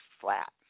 flat